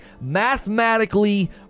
mathematically